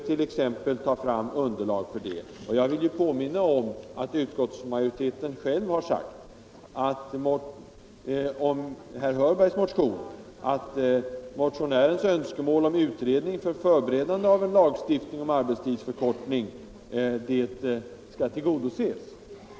Jag vill påminna om att utskottsmajoriteten själv har sagt om herr Hörbergs motion, att motionärens önskemål om utredning för förberedande av en lagstiftning om arbetstidsförkortning skall tillgodoses.